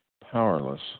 powerless